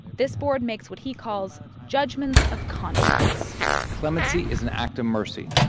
this board makes what he calls judgments of conscience clemency is an act of mercy.